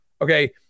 Okay